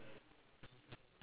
mine is five